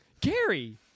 Gary